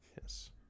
Yes